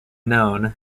known